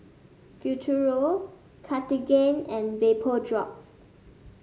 Futuro Cartigain and Vapodrops